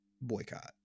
boycott